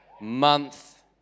Month